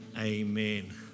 Amen